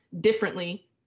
differently